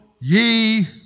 ye